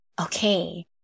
Okay